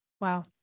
Wow